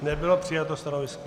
Nebylo přijato stanovisko.